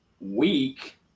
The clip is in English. week